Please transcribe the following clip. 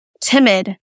timid